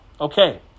Okay